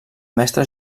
mestre